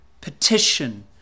petition